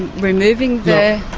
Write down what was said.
removing the.